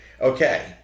Okay